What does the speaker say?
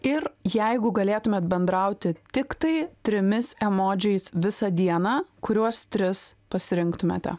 ir jeigu galėtumėt bendrauti tiktai trimis emodžiais visą dieną kuriuos tris pasirinktumėte